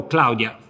Claudia